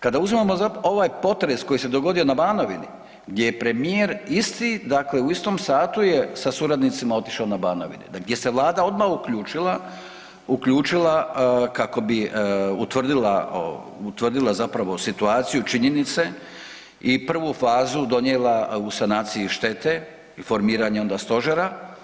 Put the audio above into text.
Kada uzimamo ovaj potres koji se dogodio na Banovini gdje je premijer isti, dakle u istom satu je sa suradnicima otišao na Banovinu, gdje se Vlada odmah uključila, uključila kako bi utvrdila, utvrdila zapravo situaciju, činjenice i prvu fazu donijela u sanaciji štete formiranjem ona stožera.